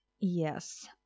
Yes